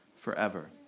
forever